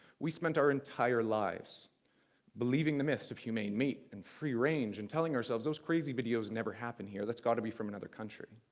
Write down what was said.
we spent our entire lives believing the myths of humane meat and free range, and telling ourselves those crazy videos never happened here, that's got to be from another country.